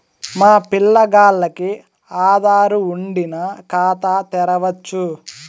మా పిల్లగాల్లకి ఆదారు వుండిన ఖాతా తెరవచ్చు